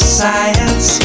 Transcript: science